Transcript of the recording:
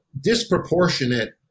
disproportionate